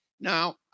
Now